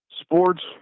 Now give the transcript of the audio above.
sports